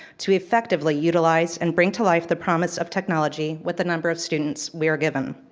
to effectively utilize and bring to life the promise of technology, with the number of students we are given.